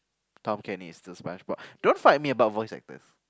Tom-Kenny is still SpongeBob don't fight me about voice actors